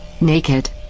naked